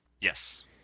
Yes